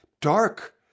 dark